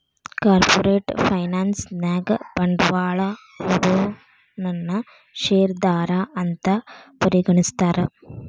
corporate finance ನ್ಯಾಗ ಬಂಡ್ವಾಳಾ ಹೂಡೊನನ್ನ ಶೇರ್ದಾರಾ ಅಂತ್ ಪರಿಗಣಿಸ್ತಾರ